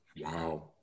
Wow